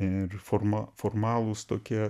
ir forma formalūs tokie